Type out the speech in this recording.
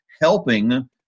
helping